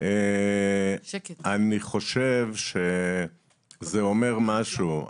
אני חושב שזה אומר משהו.